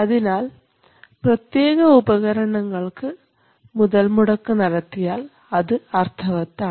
അതിനാൽ പ്രത്യേക ഉപകരണങ്ങൾക്ക് മുതൽമുടക്ക് നടത്തിയാൽ അത് അർത്ഥവത്താണ്